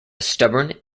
stubborn